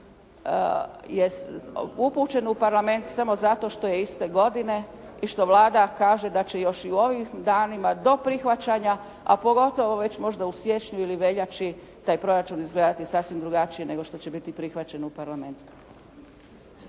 koji je upućen u parlament samo zato što je iste godine i što Vlada kaže da će još i u ovim danima do prihvaćanja a pogotovo već možda u siječnju ili veljači taj proračun izgledati sasvim drugačije nego što će biti prihvaćen u parlamentu.